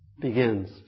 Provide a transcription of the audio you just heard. begins